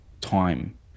time